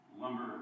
lumber